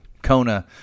Kona